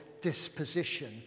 disposition